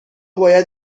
باید